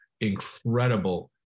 incredible